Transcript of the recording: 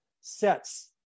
sets